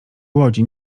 łodzi